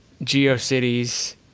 geocities